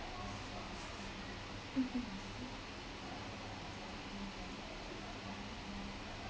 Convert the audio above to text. mmhmm